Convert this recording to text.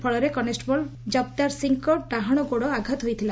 ଫଳରେ କନଷ୍କେବଲ ଜବତାର ସିଂଙ୍କ ଡାହାଣ ଗୋଡ଼ ଆଘାତ ହୋଇଥିଲା